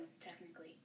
technically